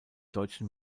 deutschen